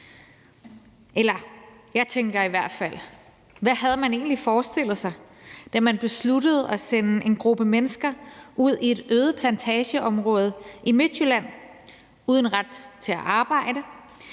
Eller jeg tænker i hvert fald: Hvad havde man egentlig forestillet sig, da man besluttede at sende en gruppe mennesker ud i et øde plantageområde i Midtjylland uden ret til at arbejde,